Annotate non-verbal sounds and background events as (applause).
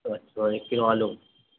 (unintelligible) تو ایک کلو آلو